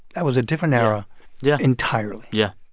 that was a different era yeah entirely yeah.